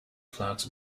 flags